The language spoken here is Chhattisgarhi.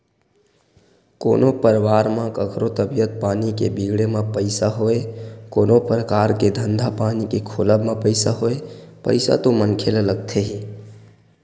कोनो परवार म कखरो तबीयत पानी के बिगड़े म पइसा होय कोनो परकार के धंधा पानी के खोलब म पइसा होय पइसा तो मनखे ल लगथे ही